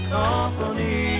company